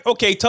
Okay